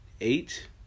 eight